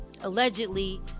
allegedly